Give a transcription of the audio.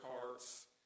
hearts